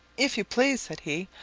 if you please, said he,